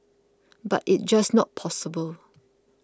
but it's just not possible